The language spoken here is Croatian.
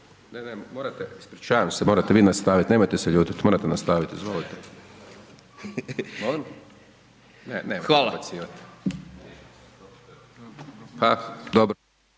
Ne, ne, morate, ispričavam se, morate vi nastaviti, nemojte se ljutiti, morate nastavit, izvolite. …/Upadica: